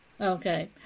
Okay